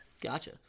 Gotcha